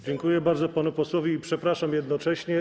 Dziękuję bardzo panu posłowi i przepraszam jednocześnie.